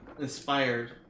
inspired